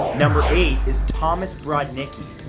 number eight is thomas brodnicki.